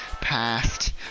past